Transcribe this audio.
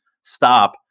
stop